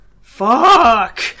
Fuck